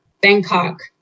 Bangkok